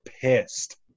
pissed